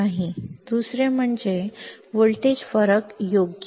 दुसरे म्हणजे दुसरे म्हणजे व्होल्टेज फरक योग्य